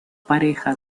pareja